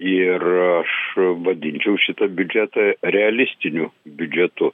ir aš vadinčiau šitą biudžetą realistiniu biudžetu